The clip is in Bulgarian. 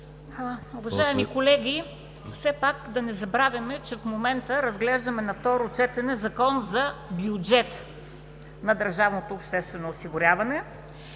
Уважаеми колеги, все пак да не забравяме, че в момента разглеждаме на второ четене Закон за бюджет на държавното обществено осигуряване.